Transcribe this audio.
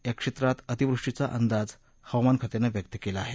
या क्षेत्रात अतिवृष्टीचा अंदाज हवामान खात्यानं व्यक्त केला आहे